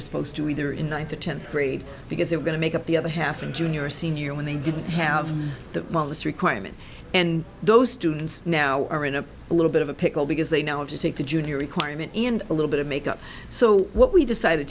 were supposed to either in ninety tenth grade because they were going to make up the other half in junior or senior when they didn't have the requirement and those students now are in a little bit of a pickle because they now have to take the junior requirement and a little bit of make up so what we decided to